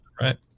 right